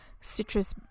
citrus